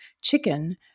chicken